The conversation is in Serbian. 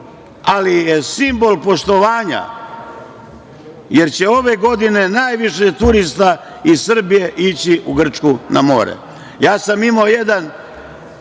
ali je simbol poštovanja, jer će ove godine najviše turista iz Srbije ići u Grčku na more. Ja sam imao jedno